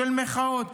של מחאות.